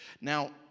Now